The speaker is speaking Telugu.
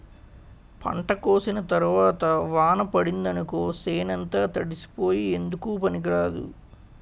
పంట కోసిన తరవాత వాన పడిందనుకో సేనంతా తడిసిపోయి ఎందుకూ పనికిరాదు